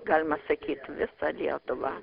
galima sakyt visą lietuva